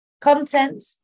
content